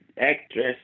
actress